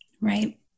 Right